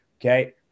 okay